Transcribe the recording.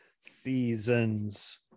Seasons